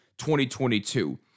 2022